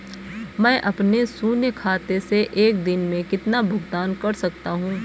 मैं अपने शून्य खाते से एक दिन में कितना भुगतान कर सकता हूँ?